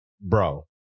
Bro